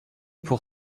pour